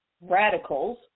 radicals